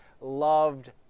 loved